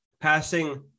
passing